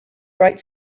bright